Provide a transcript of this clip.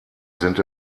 sind